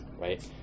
right